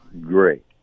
great